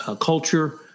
culture